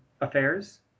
affairs